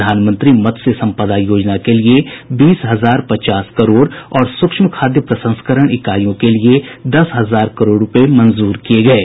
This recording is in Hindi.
प्रधानमंत्री मत्स्य संपदा योजना के लिए बीस हजार पचास करोड़ और सूक्ष्म खाद्य प्रसंस्करण इकाइयों के लिए दस हजार करोड़ रूपये मंजूर किये गये